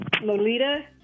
Lolita